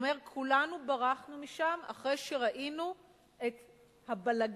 הוא אומר: כולנו ברחנו משם אחרי שראינו את הבלגן,